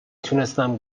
تونستم